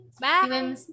Bye